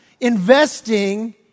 investing